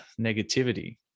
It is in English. negativity